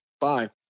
Bye